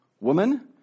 Woman